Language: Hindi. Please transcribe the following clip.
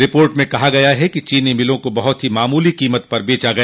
रिपोर्ट में कहा गया है कि चीनी मिलों को बहुत ही मामूली कोमत पर बेचा गया